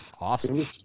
awesome